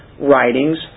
writings